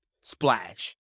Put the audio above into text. splash